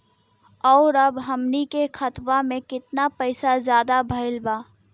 और अब हमनी के खतावा में कितना पैसा ज्यादा भईल बा?